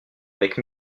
avec